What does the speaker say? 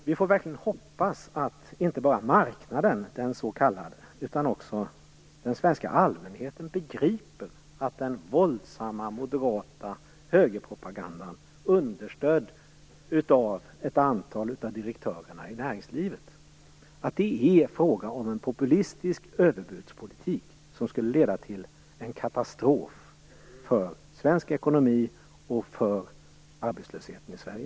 Vi får verkligen hoppas att inte bara den s.k. marknaden utan också den svenska allmänheten begriper att den våldsamma moderata högerpropagandan, understödd av ett antal direktörer i näringslivet, är en populistisk överbudspolitik som skulle leda till en katastrof för svensk ekonomi och för arbetslösheten i Sverige.